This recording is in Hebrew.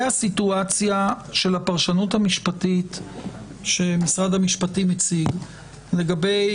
הסיטואציה של הפרשנות המשפטית שמשרד המשפטים מציג לגבי